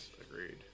agreed